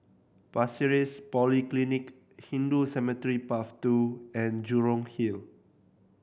Pasir Ris Polyclinic Hindu Cemetery Path Two and Jurong Hill